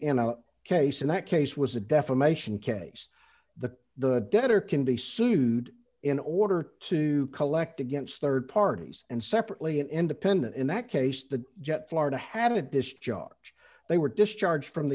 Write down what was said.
in a case in that case was a defamation case that the debtor can be sued in order to collect against rd parties and separately an independent in that case the jet florida had a discharge they were discharged from